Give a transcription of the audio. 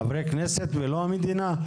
חברי כנסת ולא המדינה?